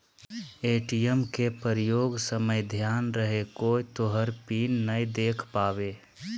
ATM के प्रयोग समय ध्यान रहे कोय तोहर पिन नंबर नै देख पावे